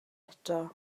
eto